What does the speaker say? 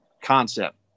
concept